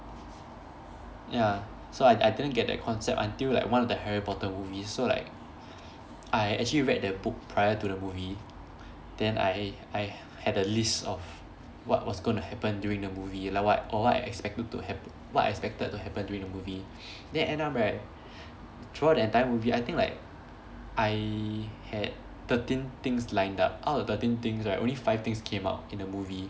ya so I I didn't get that concept until like one of the harry potter movies so like I actually read the book prior to the movie then I I had a list of what was going to happen during the movie like what or what I expected to hap~ what I expected to happen during the movie then end up right throughout the entire movie I think like I had thirteen things lined up out of the thirteen things right only five things came up in the movie